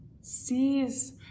sees